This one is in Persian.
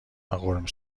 قرمه